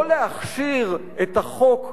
לא להכשיר את החוק הטמא,